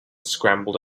scrambled